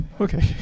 Okay